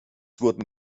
wurden